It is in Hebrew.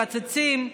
מקצצים,